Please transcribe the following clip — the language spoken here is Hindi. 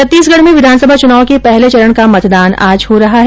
छत्तीसगढ़ में विधानसभा चुनाव के पहले चरण का मतदान आज हो रहा है